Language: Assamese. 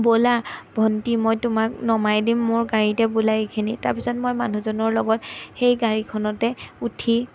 ব'লা ভণ্টি মই তোমাক নমাই দিম মোৰ গাড়ীতে ব'লা এইখিনি তাৰপিছত মই মানুহজনৰ লগত সেই গাড়ীখনতে উঠি